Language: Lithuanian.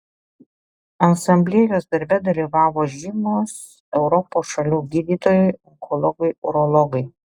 asamblėjos darbe dalyvavo žymūs europos šalių gydytojai onkologai urologai